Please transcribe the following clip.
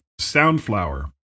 Soundflower